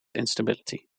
instability